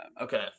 okay